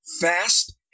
fast